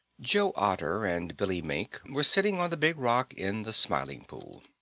joe otter and billy mink were sitting on the big rock in the smiling pool.